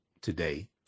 today